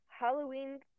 Halloween